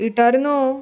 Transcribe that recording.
इटरनो